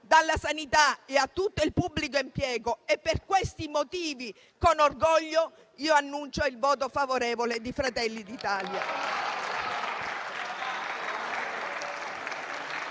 alla sanità e a tutto il pubblico impiego. Per questi motivi, con orgoglio, annuncio il voto favorevole del Gruppo Fratelli d'Italia